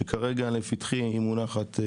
שכרגע לפתחי היא מונחת.